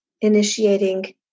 initiating